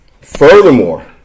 Furthermore